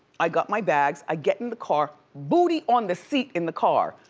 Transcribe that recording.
i got my bags, i get in the car, booty on the seat in the car,